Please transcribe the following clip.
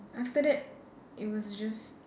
after that it was just